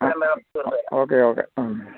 okay okay ഉം